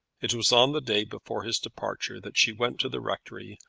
it was on the day before his departure that she went to the rectory,